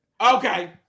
Okay